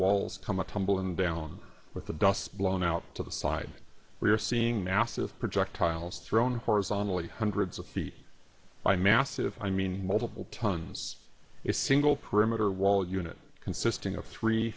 walls come tumbling down with the dust blown out to the side we are seeing massive projectiles thrown horizontally hundreds of feet by massive i mean multiple tons a single perimeter wall unit consisting of three